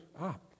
up